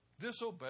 disobey